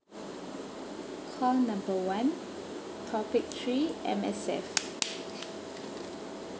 call number one topic three M_S_F